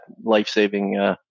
life-saving